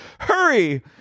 Hurry